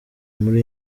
muri